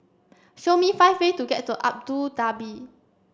show me five way to get to Abu Dhabi